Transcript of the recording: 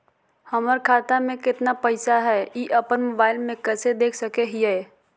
हमर खाता में केतना पैसा हई, ई अपन मोबाईल में कैसे देख सके हियई?